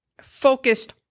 focused